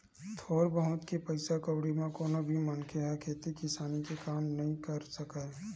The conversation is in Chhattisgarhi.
थोर बहुत के पइसा कउड़ी म कोनो भी मनखे ह खेती किसानी के काम ल नइ कर सकय